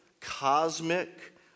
cosmic